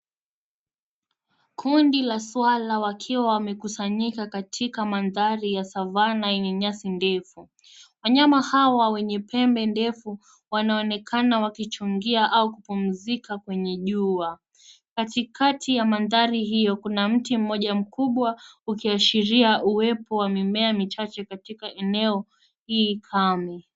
Kundi la swala wakiwa wamekusanyika katika mandhari ya savana yenye nyasi ndefu. Wanyama hawa wenye pembe ndefu wanaonekana wakichungia au kupumzika kwenye jua. Katikati ya mandhari hiyo kuna mti mmoja mkubwa, ukiashiria uwepo wa mimea michache katika eneo hii kame.